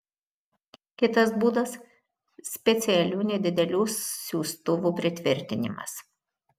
kitas būdas specialių nedidelių siųstuvų pritvirtinimas